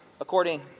according